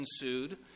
ensued